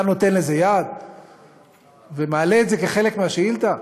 אתה נותן לזה יד ומעלה את זה כחלק מהשאילתה?